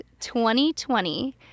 2020